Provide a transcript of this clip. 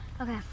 Okay